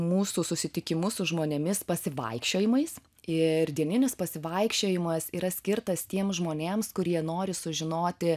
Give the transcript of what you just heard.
mūsų susitikimus su žmonėmis pasivaikščiojimais ir dieninis pasivaikščiojimas yra skirtas tiems žmonėms kurie nori sužinoti